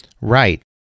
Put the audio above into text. Right